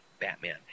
Batman